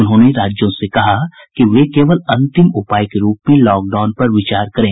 उन्होंने राज्यों से कहा कि वे केवल अंतिम उपाय के रूप में लॉकडाउन पर विचार करें